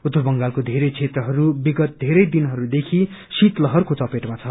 उत्तर बंगालको धेरै दक्षेत्रहरू विगत धेरै दिनहरूदेखि शीत लहर को चपेटमा छ